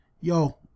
Yo